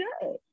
good